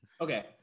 Okay